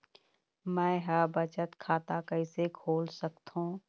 मै ह बचत खाता कइसे खोल सकथों?